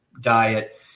diet